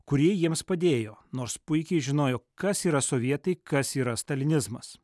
kurie jiems padėjo nors puikiai žinojo kas yra sovietai kas yra stalinizmas